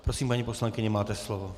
Prosím, paní poslankyně, máte slovo.